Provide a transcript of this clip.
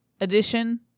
edition